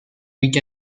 week